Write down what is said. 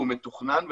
והוא מתוכנן,